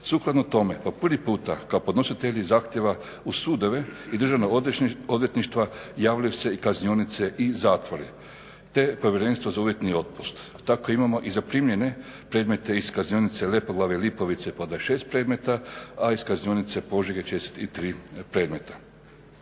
Sukladno tome po prvi puta kao podnositelji zahtjeva u sudove i državno odvjetništva javljaju se kaznionice i zatvori, te Povjerenstvo za uvjetni otpust. Tako imamo i zaprimljene predmete iz Kaznionice Lepoglave, Lipovice po 26 predmeta, a iz Kaznionice Požege 43 predmeta.